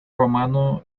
romano